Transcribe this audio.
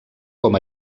com